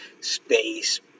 space